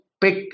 pick